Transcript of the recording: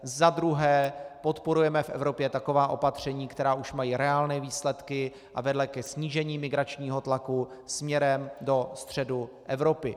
Za druhé, podporujeme v Evropě taková opatření, která už mají reálné výsledky a vedla ke snížení migračního tlaku směrem do středu Evropy.